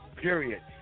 period